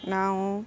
ನಾವು